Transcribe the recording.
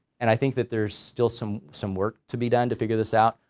and i think that there's still some some work to be done to figure this out,